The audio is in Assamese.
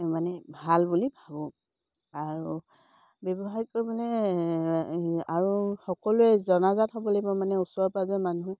মানে ভাল বুলি ভাবোঁ আৰু ব্যৱসায়ত কৰি মানে আৰু সকলোৱে জনাজাত হ'ব লাগিব মানে ওচৰ পাজৰে মানুহে